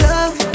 Love